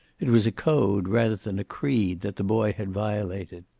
it was a code, rather than a creed, that the boy had violated.